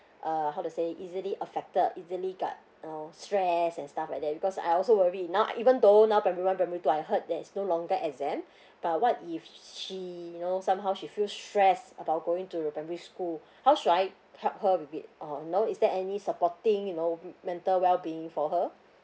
uh how to say easily affected easily got you know stress and stuff like that because I also worry now even though now primary one primary two I heard there is no longer exam but what if she you know somehow she feel stress about going to the primary school how should I help her with it or you know is there any supporting you know mental well being for her